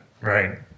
right